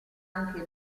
anche